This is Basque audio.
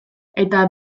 eta